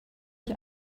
ich